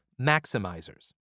maximizers